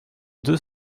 deux